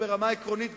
ברמה העקרונית,